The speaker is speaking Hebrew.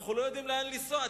אנחנו לא יודעים לאן לנסוע.